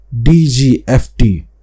DGFT